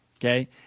Okay